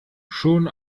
schon